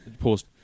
Pause